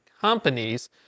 companies